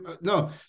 No